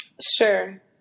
Sure